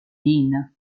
dean